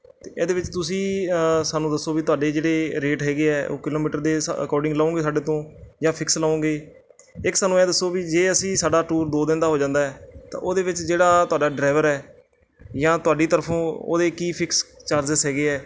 ਇਹਦੇ ਵਿੱਚ ਤੁਸੀਂ ਸਾਨੂੰ ਦੱਸੋ ਵੀ ਤੁਹਾਡੇ ਜਿਹੜੇ ਰੇਟ ਹੈਗੇ ਹੈ ਉਹ ਕਿਲੋਮੀਟਰ ਦੇ ਹਿਸਾ ਅਕੋਰਡਿੰਗ ਲਉਂਗੇ ਸਾਡੇ ਤੋਂ ਜਾਂ ਫਿਕਸ ਲਉਂਗੇ ਇੱਕ ਸਾਨੂੰ ਇਹ ਦੱਸੋ ਵੀ ਜੇ ਅਸੀਂ ਸਾਡਾ ਟੂਰ ਦੋ ਦਿਨ ਦਾ ਹੋ ਜਾਂਦਾ ਹੈ ਤਾਂ ਉਹਦੇ ਵਿੱਚ ਜਿਹੜਾ ਤੁਹਾਡਾ ਡਰਾਈਵਰ ਹੈ ਜਾਂ ਤੁਹਾਡੀ ਤਰਫੋਂ ਉਹਦੇ ਕੀ ਫਿਕਸ ਚਾਰਜਸ ਹੈਗੇ ਹੈ